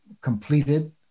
completed